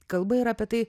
kalba yra apie tai